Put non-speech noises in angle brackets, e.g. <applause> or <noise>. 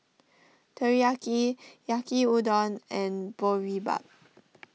Teriyaki Yaki Yaki Udon and <noise> Boribap